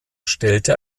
stellte